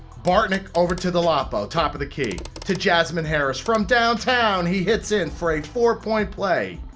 bartnik, over to dolapo top of the key, to jaz'mon harris from downtown he hits it for a four point play.